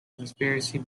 conspiracy